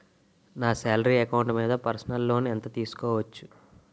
నా salary account మీద personal loan ఎంత తీసుకోవచ్చు?